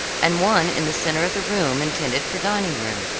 and one in the centre of the room intended for dining-room,